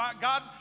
God